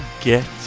get